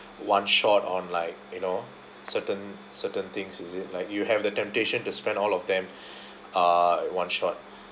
one shot on like you know certain certain things is it like you have the temptation to spend all of them uh one shot